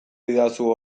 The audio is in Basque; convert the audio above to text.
didazu